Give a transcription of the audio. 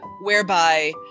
whereby